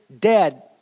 dead